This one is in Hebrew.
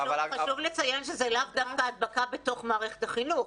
אבל חשוב לציין שזה לאו דווקא הדבקה בתוך מערכת החינוך.